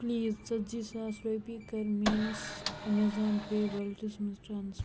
please ژَتجی ساس رۄپیہِ کر میٛٲنِس اٮ۪مٮ۪زان پے ویلٹَس مَنٛز ٹرٛانسفر